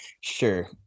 sure